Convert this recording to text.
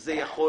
זה יכול